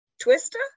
twister